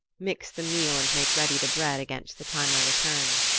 mix the meal and make ready the bread against the time i return.